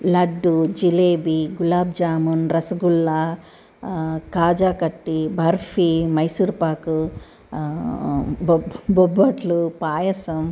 లడ్డు జిలేబీ గులాబ్ జామున్ రసగుల్లా కాజు కట్లీ బర్ఫీ మైసూర్పాకు బొ బొబ్బట్లు పాయసం